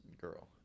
girl